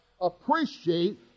appreciate